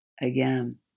again